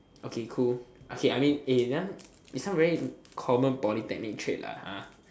okay cool okay I mean eh this one this one very common polytechnic trait what !huh!